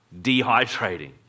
dehydrating